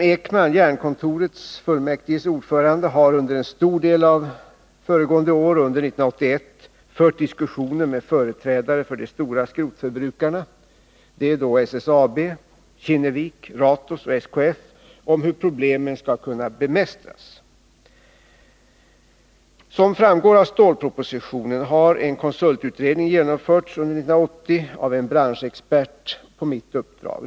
Ordföranden i Jernkontorets fullmäktige, Wilhelm Ekman, har under en stor del av föregående år och även under 1981 fört diskussioner med företrädare för de stora skrotförbrukarna, nämligen SSAB, Kinnevik, Ratos och SKF, om hur problemen skall kunna bemästras. Som framgår av stålpropositionen har en konsultutredning genomförts under 1980 av en branschexpert, på mitt uppdrag.